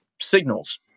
signals